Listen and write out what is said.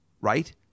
right